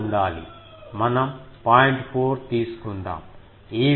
4 తీసుకుందాం ఈ విలువ 11